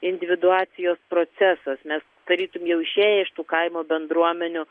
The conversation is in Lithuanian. individuacijos procesas mes tarytum jau išėję iš tų kaimo bendruomenių